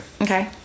Okay